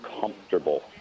comfortable